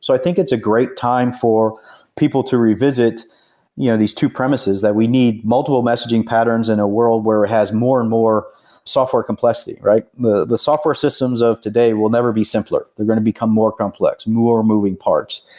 so i think it's a great time for people to revisit you know these two premises, that we need multiple messaging patterns in a world where it has more and more software complexity the the software systems of today will never be simpler. they're going to become more complex, more moving parts.